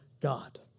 God